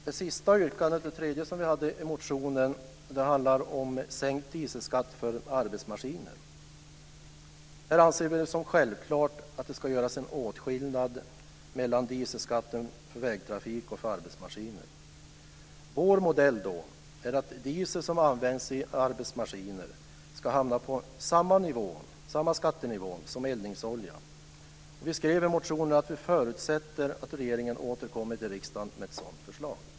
Det tredje yrkandet vi hade i motionen handlar om sänkt dieselskatt för arbetsmaskiner. Vi anser att det är självklart att det ska göras en åtskillnad mellan dieselskatten för vägtrafik och för arbetsmaskiner. Vår modell är att diesel som används i arbetsmaskiner ska hamna på samma skattenivå som eldningsoljan. Vi skrev i motionen att vi förutsätter att regeringen återkommer till riksdagen med ett sådant förslag.